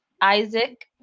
Isaac